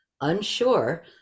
unsure